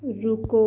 रुको